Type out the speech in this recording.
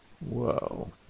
Whoa